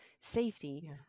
safety